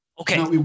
Okay